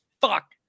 fuck